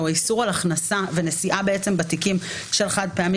או איסור של הכנסה ונשיאה בתיקים של חד פעמי,